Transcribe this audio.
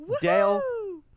Dale